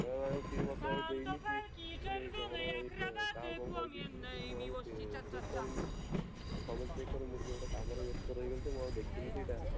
ନା ମ୍ୟାଡ଼ାମ୍ ସିଏ ମୋତେ ଆଉ ଦେଇନି ସିଏ ବୋଧେ କେବଳ ଇଏ କାହାକୁ କ'ଣ କହିଦେଇଥିବ ଦେଇକି ମୁଁ ଆଉ ଚେକ୍ କରିନି ମୁଁ ସବୁବେଳେ ଚେକ୍ କରେ ମୁଁ ଗୋଟେ କାମରେ ବ୍ୟସ୍ତ ରହିଗଲି ତ ମୁଁ ଆଉ ଦେଖିନି ସେଇଟା